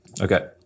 Okay